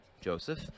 Joseph